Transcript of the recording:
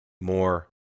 more